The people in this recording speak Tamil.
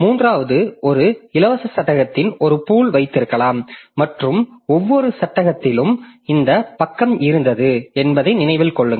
மூன்றாவது ஒரு இலவச சட்டத்தின் ஒரு பூல் வைத்திருக்கலாம் மற்றும் ஒவ்வொரு சட்டத்திலும் எந்த பக்கம் இருந்தது என்பதை நினைவில் கொள்ளுங்கள்